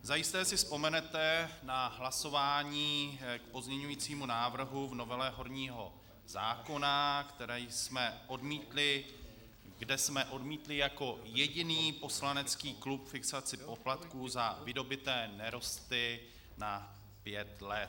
Zajisté si vzpomenete na hlasování k pozměňovacímu návrhu k novele horního zákona, který jsme odmítli, kde jsme odmítli jako jediný poslanecký klub fixaci poplatků za vydobyté nerosty na pět let.